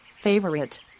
favorite